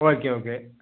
okay okay